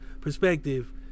perspective